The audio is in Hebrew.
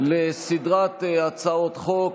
לסדרת הצעות חוק